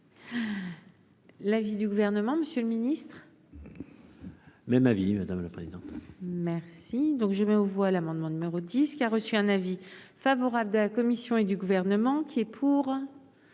L'avis du gouvernement, Monsieur le Ministre, même avis madame la présidente, merci. Donc je mets aux voix l'amendement numéro 10, qui a reçu un avis favorable de la commission et du gouvernement. Donc, il est pour.